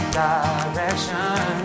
direction